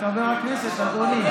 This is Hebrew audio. חבר הכנסת, אדוני.